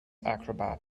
acrobat